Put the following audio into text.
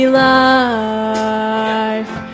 life